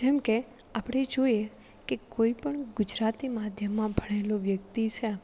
જેમકે આપણે જોઇએ કે કોઈ પણ ગુજરાતી માધ્યમમાં ભણેલો વ્યક્તિ છે